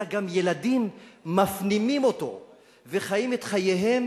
אלא גם ילדים מפנימים אותו וחיים את חייהם